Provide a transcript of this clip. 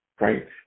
right